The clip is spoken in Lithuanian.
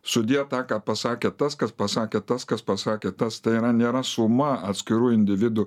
sudėt tą ką pasakė tas kas pasakė tas kas pasakė tas tai yra nėra suma atskirų individų